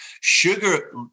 Sugar